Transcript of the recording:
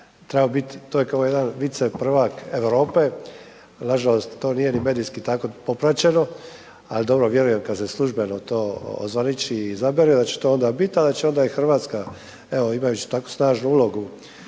treba biti, to je kao jedan viceprvak Europe, nažalost, to nije ni medijski tako popraćeno, ali odbor, vjerujem kad se službeno ozvaniči i izabere, da će to onda bit a da će onda i Hrvatska evo, imajući takvu snažnu ulogu